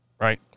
right